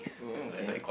mm okay